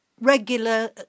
regular